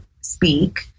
speak